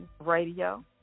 Radio